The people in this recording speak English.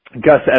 Gus